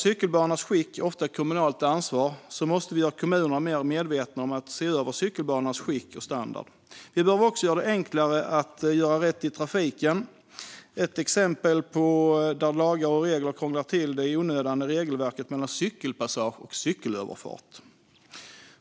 Cykelbanornas skick är ofta ett kommunalt ansvar, och vi måste göra kommunerna mer medvetna om behovet av att se över cykelbanornas skick och standard. Vi behöver också göra det enklare att göra rätt i trafiken. Ett exempel på när lagar och regler krånglar till det i onödan är regelverken gällande cykelpassage och cykelöverfart.